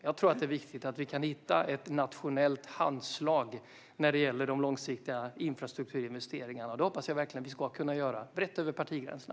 Jag tror att det är viktigt att vi kan hitta ett nationellt handslag för de långsiktiga infrastrukturinvesteringarna, och det hoppas jag verkligen att vi ska kunna göra brett över partigränserna.